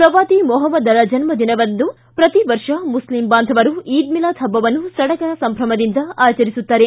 ಪ್ರವಾದಿ ಮೊಪಮ್ಮದರ ಜನ್ಮದಿನದಂದು ಪ್ರತಿ ವರ್ಷ ಮುಸ್ಲಿಂ ಬಾಂಧವರು ಈದ್ ಮಿಲಾದ್ ಪಟ್ಟವನ್ನು ಸಡಗರ ಸಂಭಮದಿಂದ ಆಚರಿಸುತ್ತಾರೆ